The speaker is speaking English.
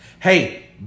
Hey